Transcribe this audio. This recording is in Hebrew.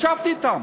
ישבתי אתם.